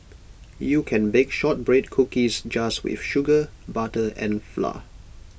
you can bake Shortbread Cookies just with sugar butter and flour